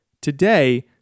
Today